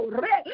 re